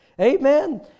Amen